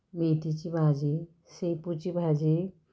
मेथीची भाजी शेपूची भाजी